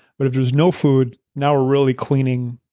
but if there's no food, now we're really cleaning,